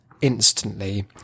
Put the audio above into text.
instantly